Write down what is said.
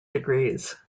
degrees